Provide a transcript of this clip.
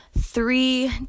three